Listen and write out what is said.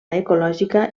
ecològica